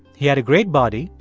he had a great body,